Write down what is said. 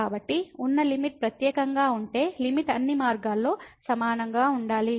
కాబట్టి ఉన్న లిమిట్ ప్రత్యేకంగా ఉంటే లిమిట్ అన్ని మార్గాల్లో సమానంగా ఉండాలి